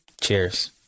cheers